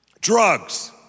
drugs